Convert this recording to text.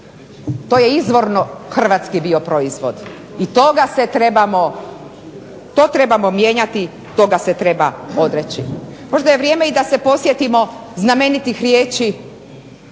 to je izvorno Hrvatski bio proizvod i to trebamo mijenjati i to treba izbjeći. Možda je vrijeme da se podsjetimo znamenitih riječi